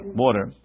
water